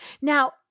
Now